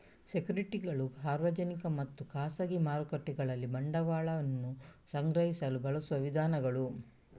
ಸೆಕ್ಯುರಿಟಿಗಳು ಸಾರ್ವಜನಿಕ ಮತ್ತು ಖಾಸಗಿ ಮಾರುಕಟ್ಟೆಗಳಲ್ಲಿ ಬಂಡವಾಳವನ್ನ ಸಂಗ್ರಹಿಸಲು ಬಳಸುವ ವಿಧಾನಗಳು